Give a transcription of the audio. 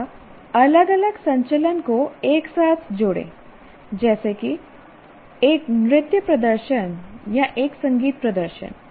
या अलग अलग संचलन को एक साथ जोड़ें जैसे कि एक नृत्य प्रदर्शन या एक संगीत प्रदर्शन